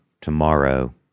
tomorrow